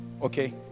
Okay